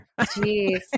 Jeez